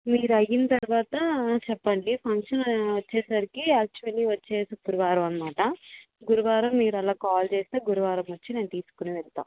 మీరు అయిన తర్వాత చెప్పండి ఫంక్షన్ వచ్చేసరికి యాక్చువల్ వచ్చేసి గురువారం అనమాట గురువారం మీరు అలా కాల్ చేస్తే గురువారం వచ్చి నేను తీసుకుని వెళ్తాం